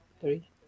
Three